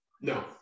No